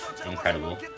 Incredible